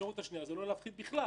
האפשרות השנייה זה לא להפחית בכלל.